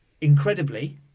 incredibly